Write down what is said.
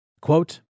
Quote